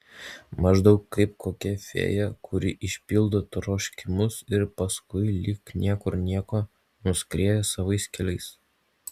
maždaug kaip kokia fėja kuri išpildo troškimus ir paskui lyg niekur nieko nuskrieja savais keliais